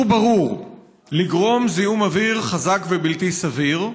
ברור לגרום זיהום אוויר חזק ובלתי סביר,